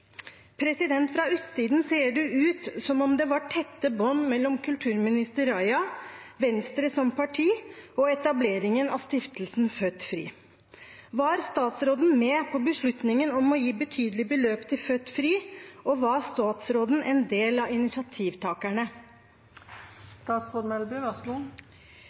Fra utsiden ser det ut som om det var tette bånd mellom kulturminister Raja, Venstre som parti og etableringen av stiftelsen Født Fri. Var statsråden med på beslutningen om å gi betydelige beløp til Født Fri, og var statsråden en del av initiativtakerne? Representanten viser til en historikk i saken, en historikk som er der en god